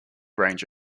range